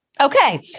Okay